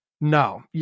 No